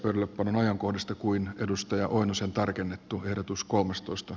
kyllä onnen ajankohdasta kuin edustaja oinosen tarkennettu verotus kummastusta